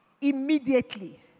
Immediately